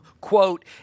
quote